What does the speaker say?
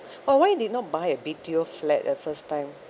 oh why did not buy a B_T_O flat at first time